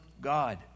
God